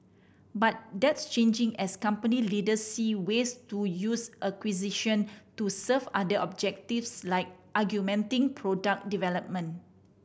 but that's changing as company leaders see ways to use acquisition to serve other objectives like augmenting product development